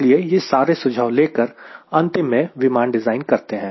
इसलिए ये सारे सुझाव लेकर अंतिम में विमान डिज़ाइन करते हैं